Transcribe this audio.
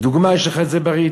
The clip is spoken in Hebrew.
דוגמה, יש לך את זה ברהיטים.